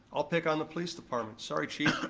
i'll pick on the police department, sorry, chief.